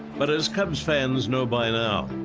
but as cubs fans know by now,